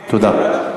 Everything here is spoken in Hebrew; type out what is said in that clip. תודה.